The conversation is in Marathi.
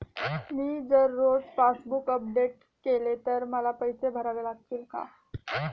मी जर रोज पासबूक अपडेट केले तर मला पैसे भरावे लागतील का?